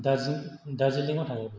दार्जिलिंआव थाङोब्ला